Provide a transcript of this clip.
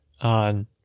on